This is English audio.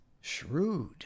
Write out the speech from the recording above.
shrewd